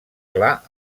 clar